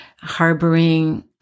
harboring